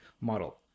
model